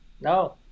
No